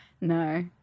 No